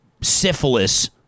syphilis